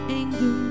anger